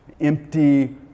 empty